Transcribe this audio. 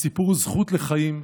הסיפור הוא זכות לחיים.